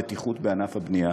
בטיחות בענף הבנייה.